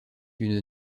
d’une